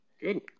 good